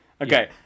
Okay